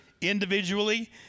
individually